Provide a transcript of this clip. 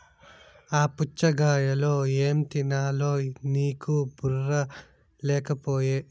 ఆ పుచ్ఛగాయలో ఏం తినాలో నీకు బుర్ర లేకపోయె